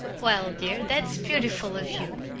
well, dear, that's beautiful of you.